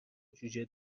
جوجه